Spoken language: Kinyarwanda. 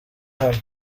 hano